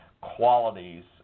qualities